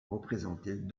représentées